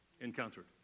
encountered